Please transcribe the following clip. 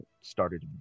started